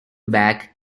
back